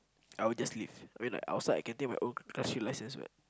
I'll just leave I mean like outside I can take my own class few license what